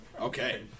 Okay